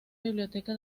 biblioteca